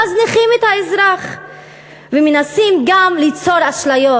מזניחים את האזרח ומנסים גם ליצור אשליות.